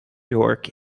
york